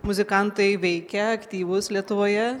muzikantai veikia aktyvūs lietuvoje